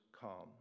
calm